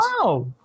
Wow